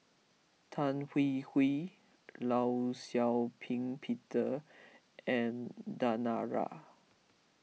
Tan Hwee Hwee Law Shau Ping Peter and Danara